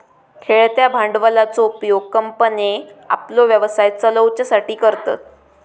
खेळत्या भांडवलाचो उपयोग कंपन्ये आपलो व्यवसाय चलवच्यासाठी करतत